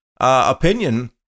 opinion